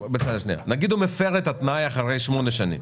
נגיד שהוא מפר את התנאי אחרי שמונה שנים.